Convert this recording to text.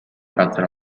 газар